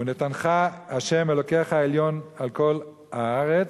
ונתנך ה' אלוקיך עליון על כל הארץ,